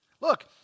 Look